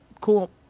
cool